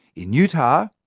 in utah,